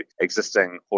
existing